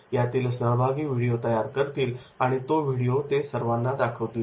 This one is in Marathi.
यातील सहभागी व्हिडिओ तयार करतील आणि तो व्हिडिओ ते सर्वांना दाखवतील